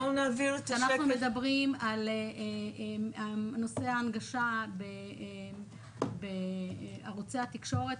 אנחנו מדברים על נושא ההנגשה בערוצי התקשורת,